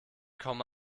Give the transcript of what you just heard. komme